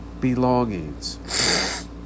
belongings